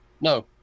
No